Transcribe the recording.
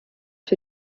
für